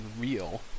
real